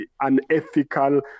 unethical